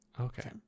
Okay